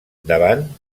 davant